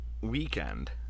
weekend